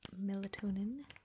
melatonin